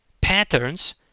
patterns